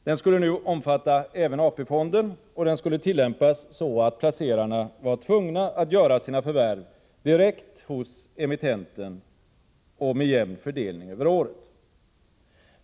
Den skulle nu omfatta även AP-fonden och den skulle tillämpas så, att placerarna var tvungna att göra sina förvärv direkt hos emittenten och med jämn fördelning över året.